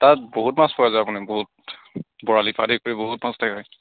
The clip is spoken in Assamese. তাত বহুত মাছ পোৱা যায় মানে বহুত বৰালি পৰা আদি কৰি বহুত মাছ থাকে